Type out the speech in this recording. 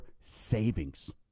savings